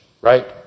right